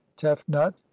tefnut